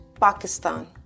Pakistan